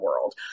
world